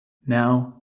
now